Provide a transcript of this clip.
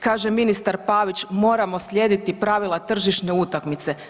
Kaže ministar Pavić, moramo slijediti pravila tržišne utakmice.